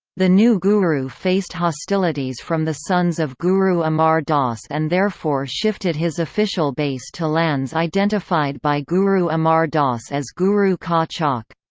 the new guru faced hostilities from the sons of guru amar das and therefore shifted his official base to lands identified by guru amar das as guru-ka-chak.